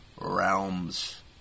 realms